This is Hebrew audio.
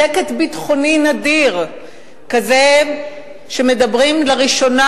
שקט ביטחוני נדיר כזה שמדברים לראשונה,